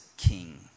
king